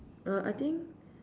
uh I think